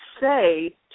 say